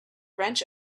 wrench